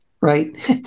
right